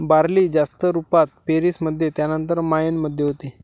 barley जास्त रुपात पेरीस मध्ये त्यानंतर मायेन मध्ये होते